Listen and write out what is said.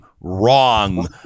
wrong